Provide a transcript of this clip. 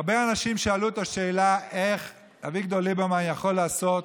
הרבה אנשים שאלו את השאלה איך אביגדור ליברמן יכול לעשות